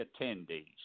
attendees